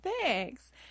Thanks